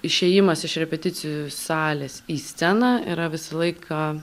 išėjimas iš repeticijų salės į sceną yra visą laiką